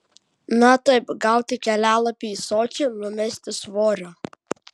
na taip gauti kelialapį į sočį numesti svorio